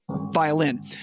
violin